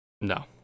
No